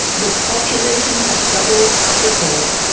the population had doubled, tripled,